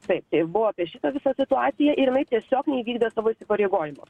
taip ir buvo apie šitą visą situaciją ir jinai tiesiog neįvykdė savo įsipareigojimų